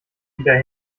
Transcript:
wieder